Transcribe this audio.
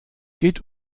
geht